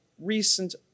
recent